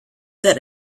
that